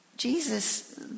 Jesus